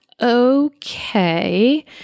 okay